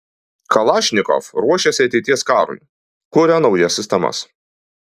kalašnikov ruošiasi ateities karui kuria naujas sistemas